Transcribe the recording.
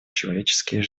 человеческие